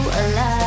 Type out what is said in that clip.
alive